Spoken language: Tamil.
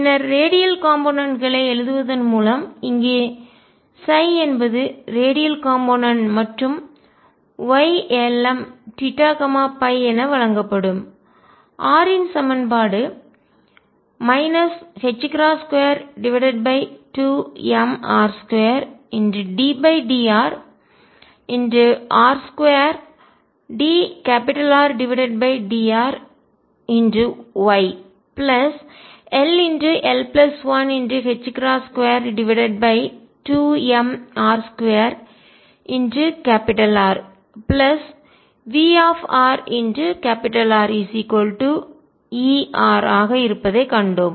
பின்னர் ரேடியல் காம்போனென்ட் களை கூறு எழுதுவதன் மூலம் இங்கே என்பது ரேடியல் காம்போனென்ட்கூறு மற்றும் Ylmθϕ என வழங்கப்படும் r இன் சமன்பாடு 22m1r2ddrr2dRdrYll122mr2RVrRER ஆக இருப்பதைக் கண்டோம்